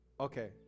Okay